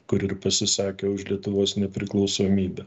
kur ir pasisakė už lietuvos nepriklausomybę